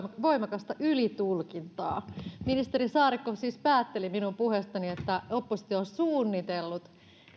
voimakasta ylitulkintaa ministeri saarikko siis päätteli minun puheestani että oppositio on suunnitellut